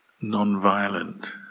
non-violent